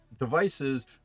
devices